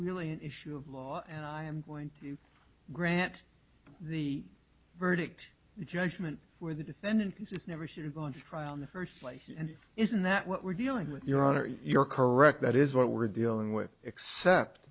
really an issue of law and i am going to grant the verdict the judgment where the defendant never should've gone to trial in the first place and isn't that what we're dealing with your honor you're correct that is what we're dealing with except